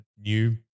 new